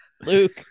Luke